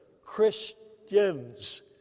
Christians